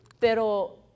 Pero